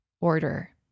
order